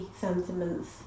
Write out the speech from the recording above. sentiments